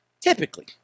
typically